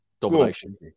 domination